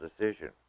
decision